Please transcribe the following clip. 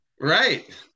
right